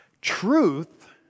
truth